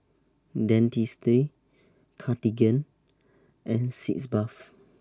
Dentiste Cartigain and Sitz Bath